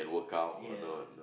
ya